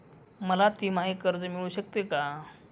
मला तिमाही कर्ज मिळू शकते का?